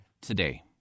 today